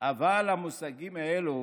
אבל המושגים האלה,